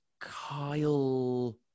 Kyle